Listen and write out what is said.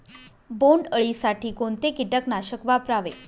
बोंडअळी साठी कोणते किटकनाशक वापरावे?